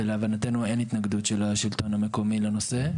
ולהבנתנו אין התנגדות של השלטון המקומי לנושא.